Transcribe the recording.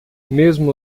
mesmo